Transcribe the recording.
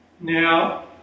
Now